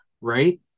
Right